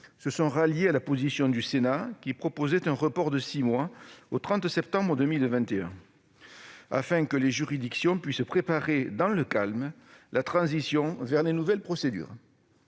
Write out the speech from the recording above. se sont ralliés à la position du Sénat, qui proposait un report de six mois, au 30 septembre 2021, afin que les juridictions puissent préparer dans le calme la transition vers les nouvelles procédures.